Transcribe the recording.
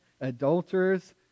adulterers